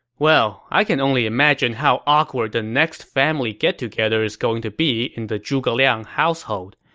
well, i can only imagine how awkward the next family get-together is going to be in the zhuge liang household.